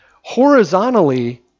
Horizontally